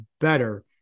better